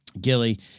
Gilly